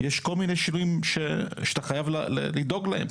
יש כל מיני שינויים שאתה חייב לדאוג להם,